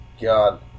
God